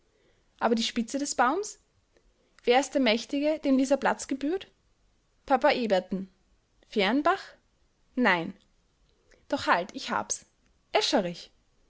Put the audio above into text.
aber die spitze des baums wer ist der mächtige dem dieser platz gebührt papa eberten fehrenbach nein doch halt ich hab's escherich